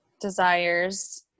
desires